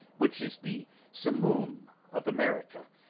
which is the simoom of america,